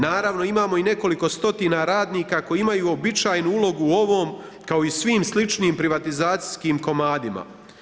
Naravno imamo i nekoliko stotina radnika, koji imaju običajnu ulogu u ovome, kao i u svim sličnim privatizacijskim komadima.